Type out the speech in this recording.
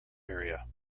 area